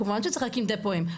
כמובן שצריך להקים דפואים,